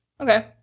Okay